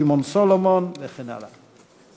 שמעון סולומון וכן הלאה.